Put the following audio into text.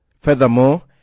furthermore